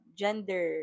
gender